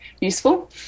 useful